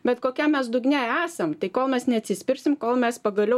bet kokiam mes dugne esam tai ko mes neatsispirsim kol mes pagaliau